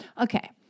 okay